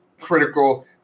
critical